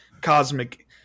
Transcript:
cosmic